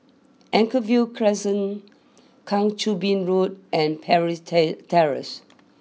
Anchorvale Crescent Kang Choo Bin Road and Parry's Terrace